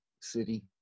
city